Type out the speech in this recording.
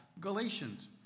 Galatians